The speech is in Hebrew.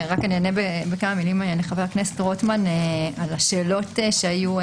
אני רק אענה בכמה מילים לחבר הכנסת רוטמן על השאלות שהיו.